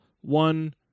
one